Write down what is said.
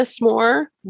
more